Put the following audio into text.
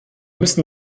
müssen